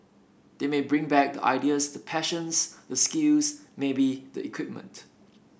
they may bring back the ideas the passions the skills maybe the equipment